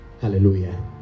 hallelujah